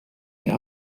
mehr